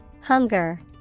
Hunger